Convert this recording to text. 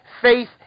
Faith